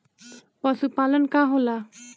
पशुपलन का होला?